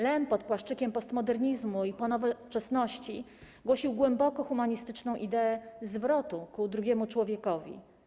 Lem pod płaszczykiem postmodernizmu i postnowoczesności głosił głęboko humanistyczną ideę zwrotu ku drugiemu człowiekowi.